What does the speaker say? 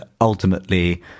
ultimately